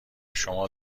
شما